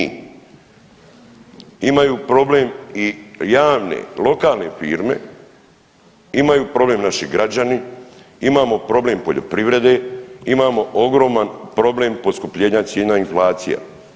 Imaju problem i javne, lokalne firme, imaju problem naši građani, imamo problem poljoprivrede, imamo ogroman problem poskupljenja cijena inflacija.